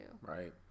Right